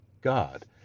God